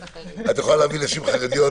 את יכולה להביא נשים חרדיות,